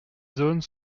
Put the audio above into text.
zones